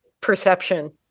perception